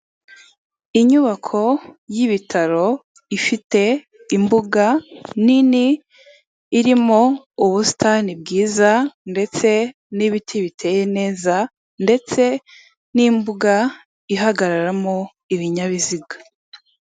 Inyubako y'ibitaro ifite imbuga nini, irimo ubusitani bwiza ndetse n'ibiti biteye neza ndetse n'imbuga ihagararamo ibinyabiziga.